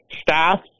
staff